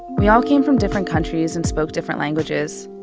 we all came from different countries and spoke different languages.